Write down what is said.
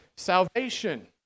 salvation